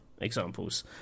examples